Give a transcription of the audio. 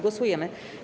Głosujemy.